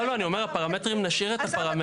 לא, לא, אני אומר הפרמטרים נשאיר את הפרמטרים.